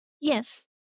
Yes